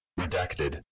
Redacted